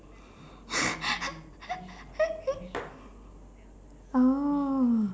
oh